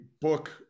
book